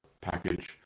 package